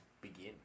begin